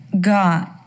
God